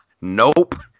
nope